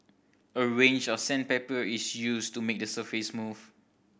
a range of sandpaper is used to make the surface smooth